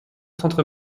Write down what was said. centre